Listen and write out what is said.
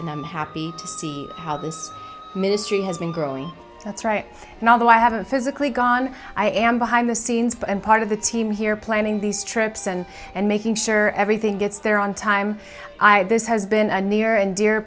and i'm happy to see ministry has been growing that's right and although i haven't physically gone i am behind the scenes but i'm part of the team here planning these trips and and making sure everything gets there on time i this has been a near and dear